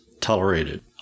Tolerated